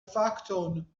fakton